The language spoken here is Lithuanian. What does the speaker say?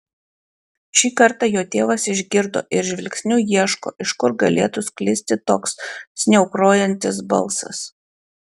šį kartą jo tėvas išgirdo ir žvilgsniu ieško iš kur galėtų sklisti toks sniaukrojantis balsas